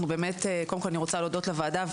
אנחנו באמת קודם כל אני רוצה להודות לוועדה,